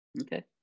okay